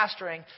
pastoring